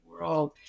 world